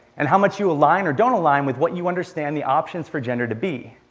and how much you align or don't align with what you understand the options for gender to be.